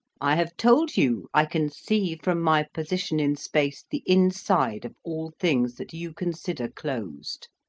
i have told you i can see from my position in space the inside of all things that you consider closed.